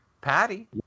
Patty